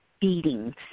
beatings